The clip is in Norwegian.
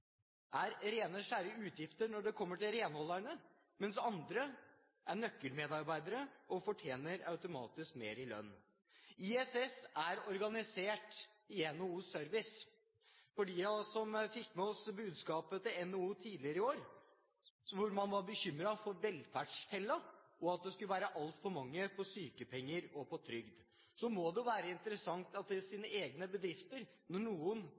er rene skjære utgifter når det kommer til renholderne, mens andre er nøkkelmedarbeidere og fortjener automatisk mer i lønn. ISS er organisert i NHO Service. For dem av oss som fikk med oss budskapet til NHO tidligere i år, da man var bekymret for velferdsfellen, og for at det skulle være altfor mange på sykepenger og trygd, må det være interessant at når noen blir sykmeldt 50 pst. i deres egne bedrifter,